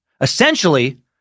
Essentially